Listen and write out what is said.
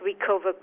recover